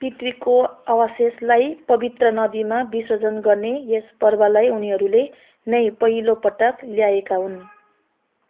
पितृको अवशेषलाई पवित्र नदीमा विसर्जन गर्ने यस पर्वलाई उनीहरूले नै पहिलो पटक ल्याएका हुन्